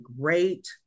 great